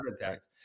attacks